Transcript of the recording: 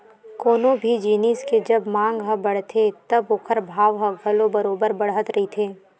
कोनो भी जिनिस के जब मांग ह बड़थे तब ओखर भाव ह घलो बरोबर बड़त रहिथे